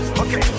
okay